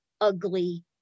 ugly